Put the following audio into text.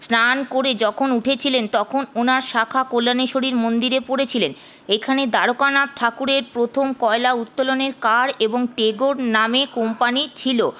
স্নান করে যখন উঠেছিলেন তখন ওনার শাঁখা কল্যানেশ্বরী মন্দিরে পরেছিলেন এখানে দ্বারকানাথ ঠাকুরের প্রথম কয়লা উত্তোলনের কার এবং টেগোর নামে কোম্পানি ছিল